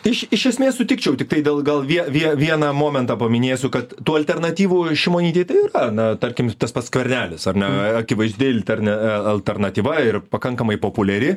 tai iš iš esmės sutikčiau tiktai dėl gal vie vie vieną momentą paminėsiu kad tų alternatyvų šimonytei yra na tarkim tas pats skvernelis ar ne akivaizdi inter ar ne alternatyva ir pakankamai populiari